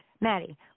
Maddie